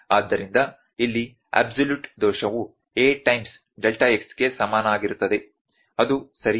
ಆದ್ದರಿಂದ ಇಲ್ಲಿ ಅಬ್ಸಲ್ಯೂಟ್ ದೋಷವು a ಟೈಮ್ಸ್ ಡೆಲ್ಟಾ x ಗೆ ಸಮನಾಗಿರುತ್ತದೆ ಅದು ಸರಿಯೇ